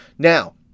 Now